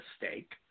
mistake